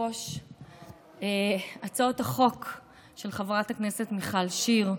היושב-ראש, הצעות החוק של חברת הכנסת מיכל שיר,